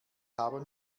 haben